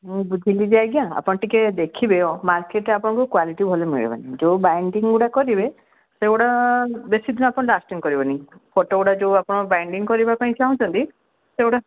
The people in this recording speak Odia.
ମୁଁ ବୁଝିଲି ଯେ ଆଜ୍ଞା ଆପଣ ଟିକିଏ ଦେଖିବେ ମାର୍କେଟରେ ଆପଣଙ୍କୁ କ୍ୱାଲିଟି ଭଲ ମିଳିବନି ଯେଉଁ ବାଇଣ୍ଡିଙ୍ଗ ଗୁଡ଼ା କରିବେ ସେଗୁଡ଼ା ବେଶୀ ଦିନ ଆପଣ ଲାଷ୍ଟିଙ୍ଗ କରିବନି ଫଟୋ ଗୁଡ଼ା ଯେଉଁ ଆପଣ ବାଇଣ୍ଡିଙ୍ଗ କରିବା ପାଇଁ ଚାହୁଁଛନ୍ତି ସେଗୁଡ଼ା